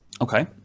Okay